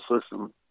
system